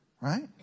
Right